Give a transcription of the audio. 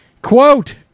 Quote